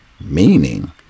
meaning